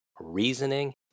reasoning